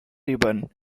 ribbon